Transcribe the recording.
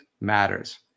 matters